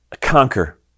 conquer